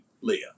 Leah